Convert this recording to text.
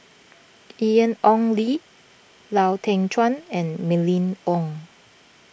Ian Ong Li Lau Teng Chuan and Mylene Ong